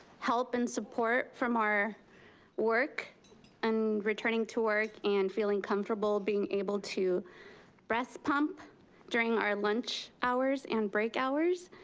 help and support from our work and returning to work and feeling comfortable being able to breast pump during our lunch hours and break hours.